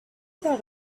thought